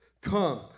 Come